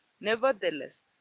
Nevertheless